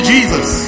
Jesus